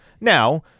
Now